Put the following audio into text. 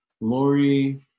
Lori